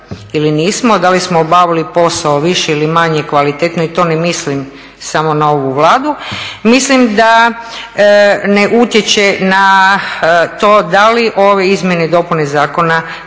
ili nismo, da li smo obavili posao više ili manje kvalitetno i to ne mislim samo na ovu Vladu? Mislim da ne utječe na to da li ove izmjene i dopune zakona